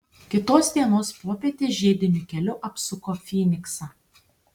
kitos dienos popietę žiediniu keliu apsuko fyniksą